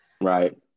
Right